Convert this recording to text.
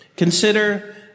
Consider